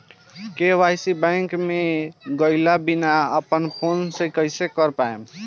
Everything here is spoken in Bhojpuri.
के.वाइ.सी बैंक मे गएले बिना अपना फोन से कइसे कर पाएम?